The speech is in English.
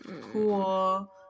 cool